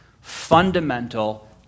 fundamental